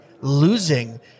losing